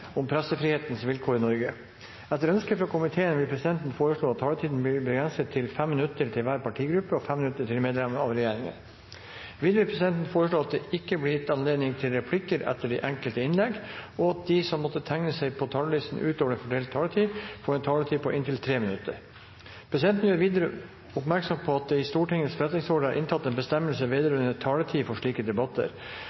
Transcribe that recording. om pressefrihetens vilkår i Norge. Etter ønske fra komiteen vil presidenten foreslå at taletiden blir begrenset til 5 minutter til hver partigruppe og 5 minutter til medlemmer av regjeringen. Videre vil presidenten foreslå at det ikke blir gitt anledning til replikker etter de enkelte innlegg, og at de som måtte tegne seg på talerlisten utover den fordelte taletid, får en taletid på inntil 3 minutter. Presidenten vil videre gjøre oppmerksom på at det i Stortingets forretningsorden er tatt inn en bestemmelse vedrørende taletid for slike debatter